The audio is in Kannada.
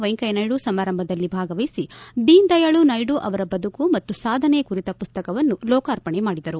ವೆಂಕಯ್ಯನಾಯ್ದು ಸಮಾರಂಭದಲ್ಲಿ ಭಾಗವಹಿಸಿ ದೀನದಯಾಳು ನಾಯ್ದು ಅವರ ಬದುಕು ಮತ್ತು ಸಾಧನೆ ಕುರಿತ ಪುಸ್ತಕವನ್ನು ಲೋಕಾರ್ಪಣೆ ಮಾಡಿದರು